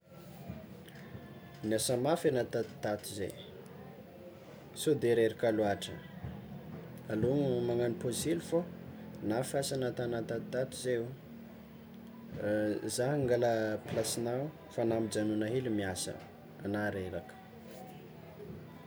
Niasa mafy anao tatotato zay, sao de reraka loatra? Alô magnano pause hely fô, nafy asa nataona tatotato zay ô, zah angala plasinao fa anao mijanona hely miasa, anao reraka.